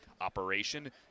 operation